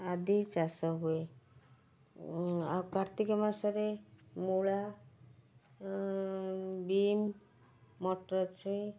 ଆଦି ଚାଷ ହୁଏ ଆଉ କାର୍ତ୍ତିକ ମାସରେ ମୂଳା ବିନ୍ ମଟର ଛୁଇଁ